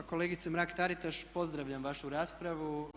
Pa kolegice Mrak Taritaš, pozdravljam vašu raspravu.